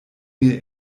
mir